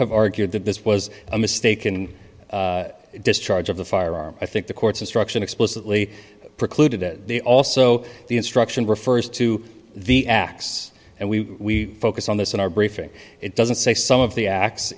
have argued that this was a mistaken discharge of the firearm i think the court's instruction explicitly precluded as they also the instruction refers to the acts and we focus on this in our briefing it doesn't say some of the acts